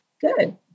Good